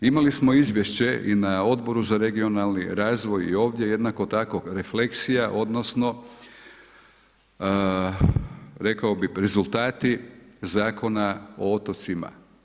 Imali smo izvješće i na Odboru za regionalni razvoj i ovdje jednako tako refleksija, odnosno rekao bih rezultati Zakon o otocima.